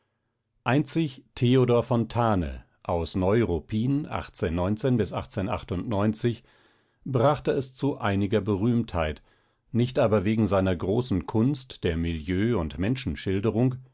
theodor fontane aus neim brachte es zu einiger berühmtheit nicht aber wegen seiner großen kunst der milieu und